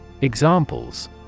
Examples